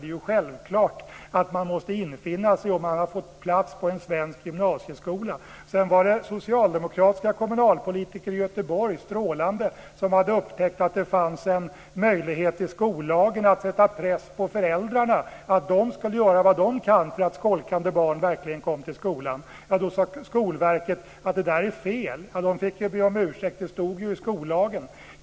Det är självklart att man måste infinna sig om man har fått plats på en svensk gymnasieskola. Sedan var det socialdemokratiska kommunalpolitiker i Göteborg - strålande! - som hade upptäckt att det fanns en möjlighet i skollagen att sätta press på föräldrarna att de skulle göra vad de kan för att skolkande barn verkligen kommer till skolan. Då sade Skolverket att det var fel. De fick be om ursäkt, för det stod i skollagen.